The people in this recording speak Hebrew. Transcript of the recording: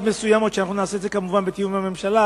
מסוימות שאנחנו נעשה כמובן בתיאום עם הממשלה,